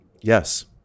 Yes